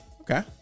Okay